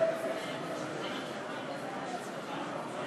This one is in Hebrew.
(חותם על ההצהרה)